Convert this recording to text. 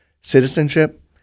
citizenship